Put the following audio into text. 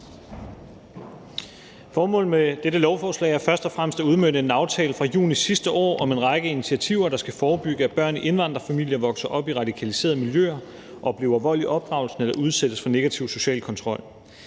Formålet med dette lovforslag er først og fremmest at udmønte en aftale fra juni sidste år om en række initiativer, der skal forebygge, at børn i indvandrerfamilier vokser op i radikaliserede miljøer, oplever vold i opdragelsen eller udsættes for negativ social kontrol.